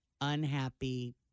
unhappy